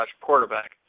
quarterback